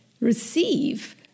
receive